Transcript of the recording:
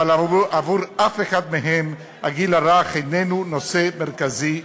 אבל עבור אף אחד מהם הגיל הרך איננו נושא מרכזי,